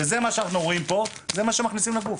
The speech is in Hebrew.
מה שאנחנו רואים פה זה מה שנכנס לגוף.